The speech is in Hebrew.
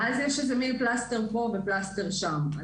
ואז יש מעין פלסטר פה ופלסטר שם.